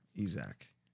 Isaac